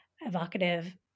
evocative